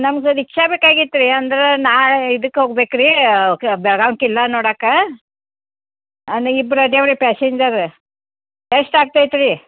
ನಮ್ಗ ರೀಕ್ಷಾ ಬೇಕಾಗ್ಯೆತ ರೀ ಅಂದ್ರ ನಾಳೆ ಇದಕ್ಕೆ ಹೋಗ್ಬೇಕ್ ರೀ ಓಕೆ ಬೆಳ್ಗಾಮ್ ಕಿನ್ನ ನೋಡಾಕ ಇಬ್ರು ಅದೇವ್ರಿ ಪ್ಯಾಸೆಂಜರ್ ಎಷ್ಟು ಆಗ್ತೈತ್ರೀ